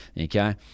okay